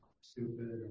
stupid